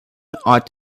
ought